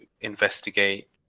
investigate